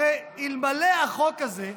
הרי אלמלא החוק הזה,